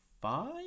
five